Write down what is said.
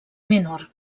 menor